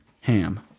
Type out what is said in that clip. Ham